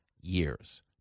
years